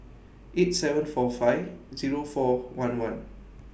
eight seven four five Zero four one one